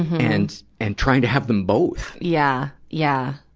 and, and trying to have them both? yeah. yeah.